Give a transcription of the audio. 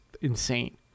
insane